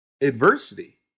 Adversity